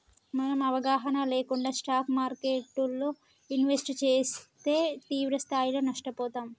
మనం అవగాహన లేకుండా స్టాక్ మార్కెట్టులో ఇన్వెస్ట్ చేస్తే తీవ్రస్థాయిలో నష్టపోతాం